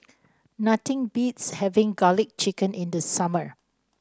nothing beats having garlic chicken in the summer